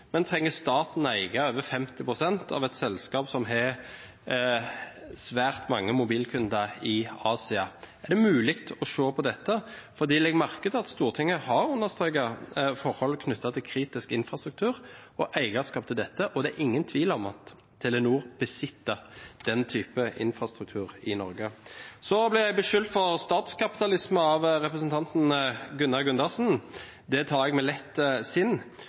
men trenger staten eie over 50 pst. av et selskap som har svært mange mobilkunder i Asia? Er det mulig å se på dette? For legg merke til at Stortinget har understreket forhold knyttet til kritisk infrastruktur og eierskap til dette, og det er ingen tvil om at Telenor besitter den type infrastruktur i Norge. Så ble jeg beskyldt for statskapitalisme av representanten Gunnar Gundersen. Det tar jeg med lett sinn.